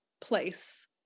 place